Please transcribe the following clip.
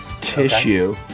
Tissue